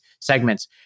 segments